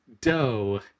dough